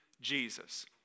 Jesus